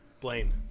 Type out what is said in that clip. Blaine